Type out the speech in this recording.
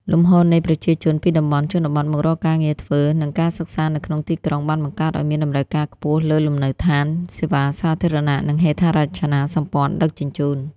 លំហូរនៃប្រជាជនពីតំបន់ជនបទមករកការងារធ្វើ និងការសិក្សានៅក្នុងទីក្រុង បានបង្កើតឱ្យមានតម្រូវការខ្ពស់លើលំនៅឋាន សេវាសាធារណៈ និងហេដ្ឋារចនាសម្ព័ន្ធដឹកជញ្ជូន។